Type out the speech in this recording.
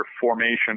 formation